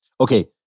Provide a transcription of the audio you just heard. Okay